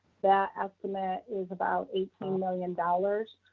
that estimate is about eighteen million dollars.